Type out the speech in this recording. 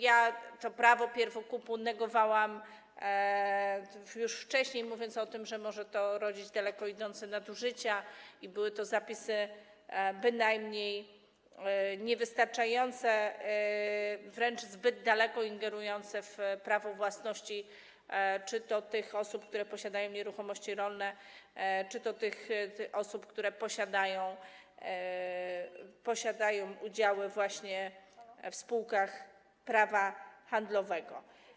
Ja to prawo pierwokupu negowałam już wcześniej, mówiąc o tym, że może to rodzić daleko idące nadużycia, i były to zapisy bynajmniej niewystarczające, wręcz zbyt daleko ingerujące w prawo własności czy to tych osób, które posiadają nieruchomości rolne, czy to tych osób, które posiadają udziały właśnie w spółkach prawa handlowego.